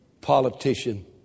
politician